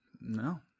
no